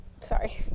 sorry